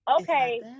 Okay